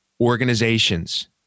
organizations